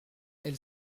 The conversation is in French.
elle